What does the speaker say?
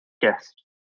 guest